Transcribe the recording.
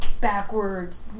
backwards